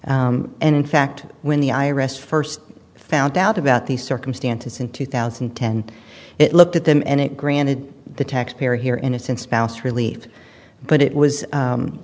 and in fact when the i r s first found out about these circumstances in two thousand and ten it looked at them and it granted the taxpayer here in a sense spouse relief but it was